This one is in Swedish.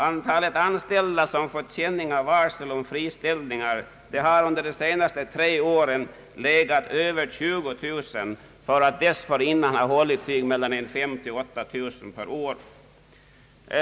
Antalet anställda som fått känning av varsel om friställningar har under de senaste tre åren legat avsevärt över 20 000 mot att dessförinnan ha hållit sig mellan 53 000 och 8000 per år.